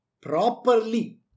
properly